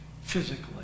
physically